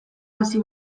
hasi